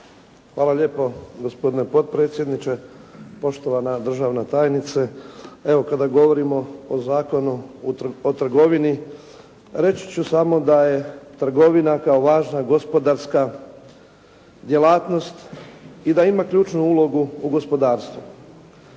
Hvala lijepo gospodine potpredsjedniče, poštovana državna tajnice. Evo, kada govorimo o Zakonu o trgovini, reći ću samo da je trgovina kao važna gospodarska djelatnost i da ima ključnu ulogu u gospodarstvu.